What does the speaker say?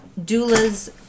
doulas